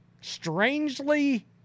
strangely